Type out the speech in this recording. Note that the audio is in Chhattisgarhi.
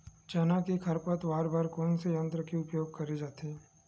चना के खरपतवार बर कोन से यंत्र के उपयोग करे जाथे?